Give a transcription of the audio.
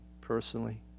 personally